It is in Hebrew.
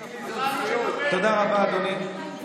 תודה רבה, אדוני.